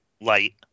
light